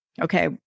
Okay